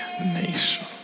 nation